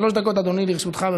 שלוש דקות, אדוני, לרשותך.